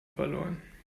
verloren